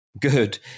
good